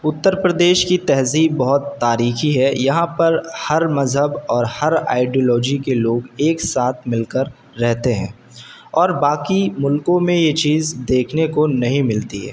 اتر پردیش کی تہذیب بہت تاریخی ہے یہاں پر ہر مذہب اور ہر آئیڈیالوجی کے لوگ ایک ساتھ مل کر رہتے ہیں اور باقی ملکوں میں یہ چیز دیکھنے کو نہیں ملتی ہے